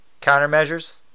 countermeasures